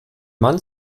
mann